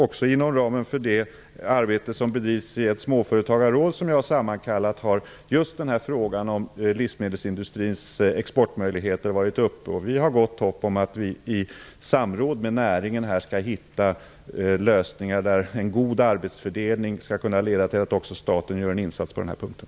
Även inom ramen för det arbete som bedrivs i ett småföretagarråd som jag har sammankallat har just den här frågan om livsmedelsindustrins exportmöjligheter varit uppe. Vi har gott hopp om att vi i samråd med näringen skall finna lösningar där en god arbetsfördelning skall kunna leda till att även staten gör en insats på den här punkten.